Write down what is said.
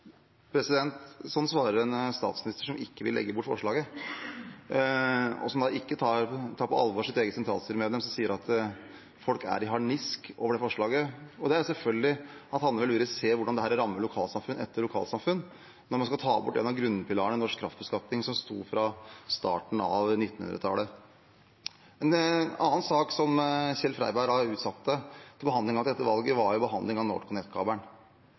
Sånn svarer en statsminister som ikke vil legge bort forslaget, og som da ikke tar på alvor sitt eget sentralstyremedlem, som sier at folk er i harnisk over det forslaget. Og selvfølgelig, Hanne Velure ser hvordan dette rammer lokalsamfunn etter lokalsamfunn, når man skal ta bort en av grunnpilarene i norsk kraftbeskatning, som sto fra starten av 1900-tallet. En annen sak som Kjell-Børge Freiberg utsatte behandlingen av til etter valget, var behandlingen av